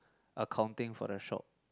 accounting for the shop